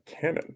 canon